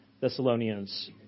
Thessalonians